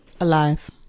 Alive